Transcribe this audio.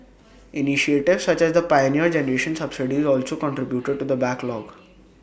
initiatives such as the Pioneer Generation subsidies also contributed to the backlog